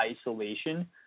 isolation